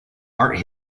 art